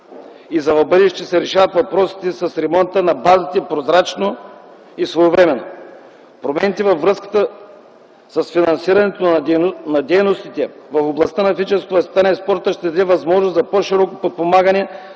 и в бъдеще се решават въпросите с ремонта на базите – прозрачно и своевременно. Промените във връзка с финансирането на дейностите в областта на физическото възпитание и спорта ще дадат възможност за по-широко подпомагане